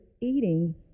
eating